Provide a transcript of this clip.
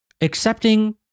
accepting